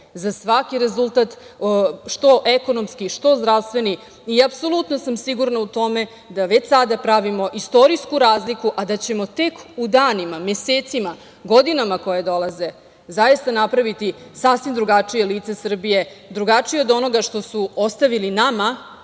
za svaki rezultat, što ekonomski, što zdravstveni i apsolutno sam sigurna u tome da već sada pravimo istorijsku razliku, a da ćemo tek u danima, mesecima, godinama koje dolaze zaista napraviti sasvim drugačije lice Srbije, drugačije od onoga što su ostavili nama